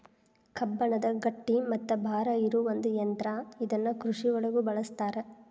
ಕಬ್ಬಣದ ಗಟ್ಟಿ ಮತ್ತ ಭಾರ ಇರು ಒಂದ ಯಂತ್ರಾ ಇದನ್ನ ಕೃಷಿ ಒಳಗು ಬಳಸ್ತಾರ